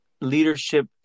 leadership